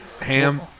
Ham